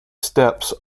steps